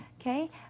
okay